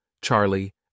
Charlie